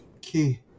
key